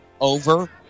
over